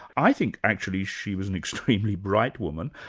i think actually she was an extremely bright woman,